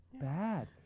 bad